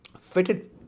fitted